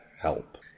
help